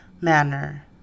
manner